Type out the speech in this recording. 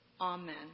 Amen